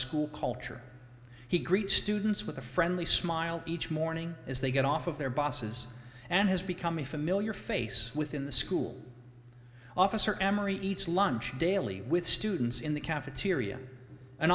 school culture he greets students with a friendly smile each morning as they get off of their buses and has become a familiar face within the school officer emory eats lunch daily with students in the cafeteria an